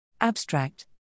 Abstract